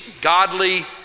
godly